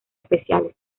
especiales